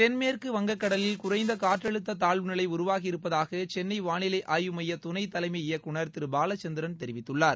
தென்மேற்கு வங்கக்கடலில் குறைந்தகாற்றழுத்ததாழ்வு நிலைஉருவாகியிருப்பதாகசென்னைவாளிலைஆய்வு மையதுணைதலைமை இயக்குநர் திருபாலச்சந்திரன் தெரிவித்துள்ளார்